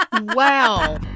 wow